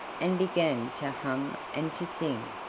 and began to hum and to sing.